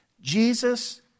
Jesus